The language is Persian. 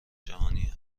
جهانی